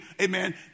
amen